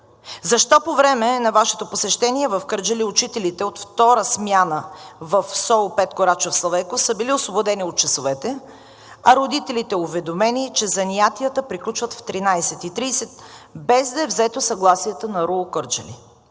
Защо по време на Вашето посещение в Кърджали учителите от втора смяна в СУ „Петко Рачов Славейков“ са били освободени от часовете, а родителите уведомени, че занятията приключват в 13,30 ч., без да е взето съгласието на РУО – Кърджали?